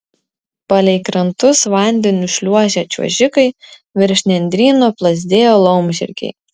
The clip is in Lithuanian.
palei krantus vandeniu šliuožė čiuožikai virš nendryno plazdėjo laumžirgiai